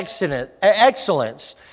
excellence